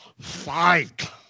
fight